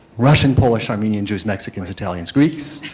russian, polish, armenian jew, mexicans, italians, greeks,